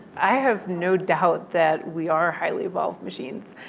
i have no doubt that we are highly evolved machines.